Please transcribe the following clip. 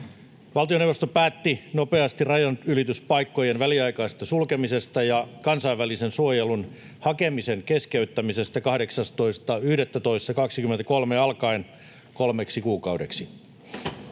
Valtioneuvosto päätti nopeasti ra-janylityspaikkojen väliaikaisesta sulkemisesta ja kansainvälisen suojelun hakemisen keskeyttämisestä 18.11.2023 alkaen kolmeksi kuukaudeksi.